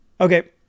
okay